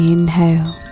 Inhale